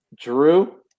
drew